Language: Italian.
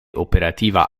operativa